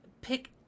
pick